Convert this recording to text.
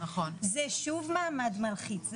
זה שוב מעצד מלחיץ,